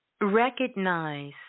Recognize